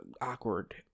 awkward